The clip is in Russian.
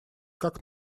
как